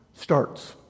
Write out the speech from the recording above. starts